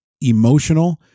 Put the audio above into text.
emotional